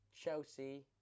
Chelsea